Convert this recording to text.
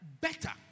better